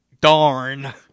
darn